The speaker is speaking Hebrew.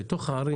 בתוך הערים,